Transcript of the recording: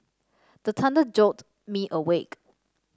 the thunder jolt me awake